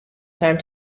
time